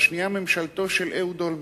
והשנייה ממשלתו של אהוד אולמרט,